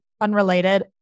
unrelated